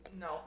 No